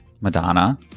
madonna